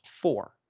four